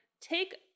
take